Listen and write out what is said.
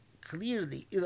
clearly